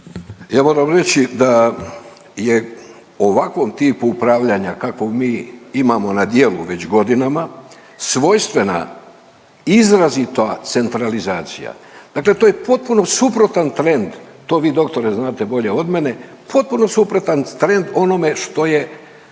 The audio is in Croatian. Ja moram reći da je ovakvom tipu upravljanja kakvog mi imamo na djelu već godinama svojstvena izrazita centralizacija, dakle to je potpuno suprotan trend to vi doktore znate bolje od mene, potpuno suprotan trend onome što je